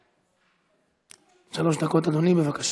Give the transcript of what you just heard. מקלב, אני אבקש